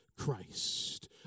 Christ